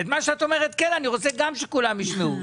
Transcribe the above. את מה שאת אומרת: כן אני רוצה גם שכולם ישמעו.